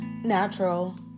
natural